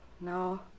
No